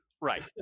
Right